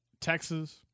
Texas